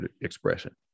expression